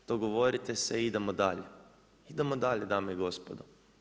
Dogovorite se i idemo dalje, idemo dalje dame i gospodo.